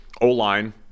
O-line